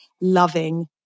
loving